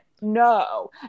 no